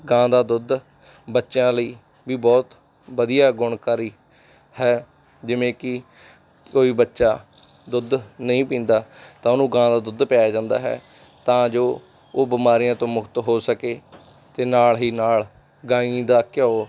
ਗਾਂ ਦਾ ਦੁੱਧ ਬੱਚਿਆਂ ਲਈ ਵੀ ਬਹੁਤ ਵਧੀਆ ਗੁਣਕਾਰੀ ਹੈ ਜਿਵੇਂ ਕਿ ਕੋਈ ਬੱਚਾ ਦੁੱਧ ਨਹੀਂ ਪੀਂਦਾ ਤਾਂ ਉਹਨੂੰ ਗਾਂ ਦਾ ਦੁੱਧ ਪਿਆਇਆ ਜਾਂਦਾ ਹੈ ਤਾਂ ਜੋ ਉਹ ਬਿਮਾਰੀਆਂ ਤੋਂ ਮੁਕਤ ਹੋ ਸਕੇ ਅਤੇ ਨਾਲ ਹੀ ਨਾਲ ਗਾਈਂ ਦਾ ਘਿਓ